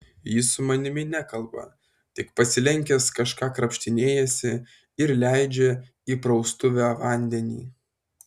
jis su manimi nekalba tik pasilenkęs kažką krapštinėjasi ir leidžia į praustuvę vandenį